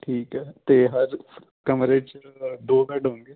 ਠੀਕ ਹੈ ਅਤੇ ਹਰ ਕਮਰੇ 'ਚ ਦੋ ਬੈਡ ਹੋਣਗੇ